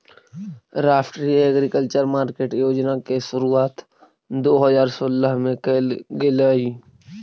राष्ट्रीय agriculture market योजना के शुरुआत दो हज़ार सोलह में कैल गेलइ